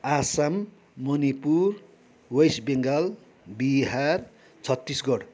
Assam Manipur west Bengal Bihar Chhattisgarh